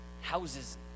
houses